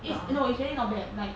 it's you know it's really not bad like